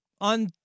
on